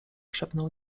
szepnął